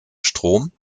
strom